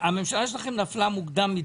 הממשלה שלכם נפלה מוקדם מדי.